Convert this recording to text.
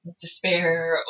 despair